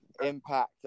impact